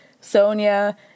Sonia